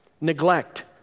neglect